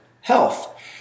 health